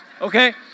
okay